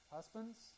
Husbands